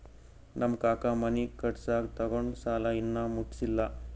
ನಮ್ ಕಾಕಾ ಮನಿ ಕಟ್ಸಾಗ್ ತೊಗೊಂಡ್ ಸಾಲಾ ಇನ್ನಾ ಮುಟ್ಸಿಲ್ಲ